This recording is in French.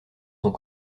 sont